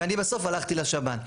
ואני בסוף הלכתי לשב"ן.